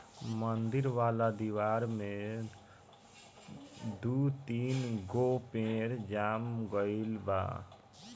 मंदिर वाला दिवार में दू तीन गो पेड़ जाम गइल बा